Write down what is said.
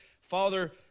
Father